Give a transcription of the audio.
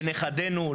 לנכדינו,